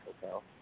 Hotel